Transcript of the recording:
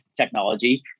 technology